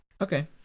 Okay